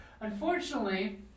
Unfortunately